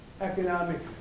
economic